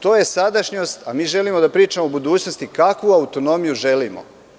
To je sadašnjost, a mi želimo da pričamo o budućnosti kakvu autonomiju želimo.